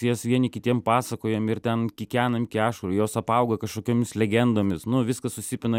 jas vieni kitiem pasakojam ir ten kikenam iki ašarų jos apauga kažkokiomis legendomis nu viskas susipina